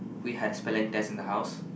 we had a spelling test in the house